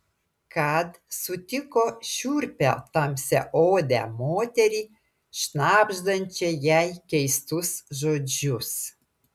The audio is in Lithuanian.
kad sutiko šiurpią tamsiaodę moterį šnabždančią jai keistus žodžius